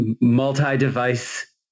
multi-device